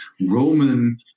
Roman